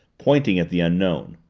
pointing at the unknown.